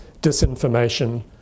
disinformation